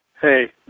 Hey